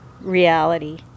reality